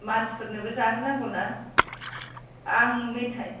मानसिफोरनोबो जाहोनांगौ ना आं मेथाय